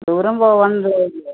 ദൂരം പോവേണ്ടതല്ലേ